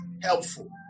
helpful